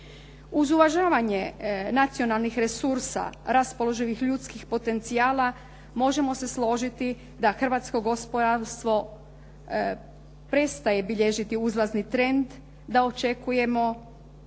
Uz uvažavanje nacionalnih resursa, raspoloživih ljudskih potencijala možemo se složiti da hrvatsko gospodarstvo prestaje bilježiti uzlazni trend, da očekujemo